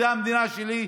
זו המדינה שלי,